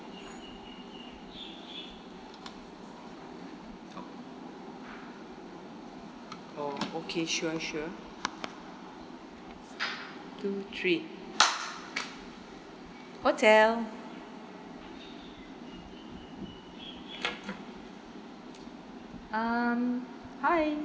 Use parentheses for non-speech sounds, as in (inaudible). oh okay sure sure (noise) two three hotel um hi